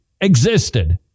existed